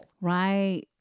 Right